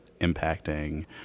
impacting